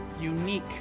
unique